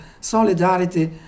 solidarity